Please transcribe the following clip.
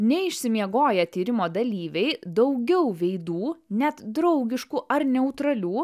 neišsimiegoję tyrimo dalyviai daugiau veidų net draugiškų ar neutralių